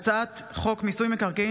על זה צעקנו פה.